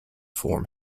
form